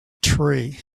tree